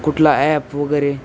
कुठला ॲप वगैरे